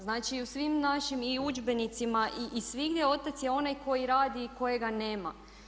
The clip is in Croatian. Znači u svim našim i udžbenicima i svigdje otac je onaj koji radi i kojega nema.